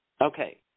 Okay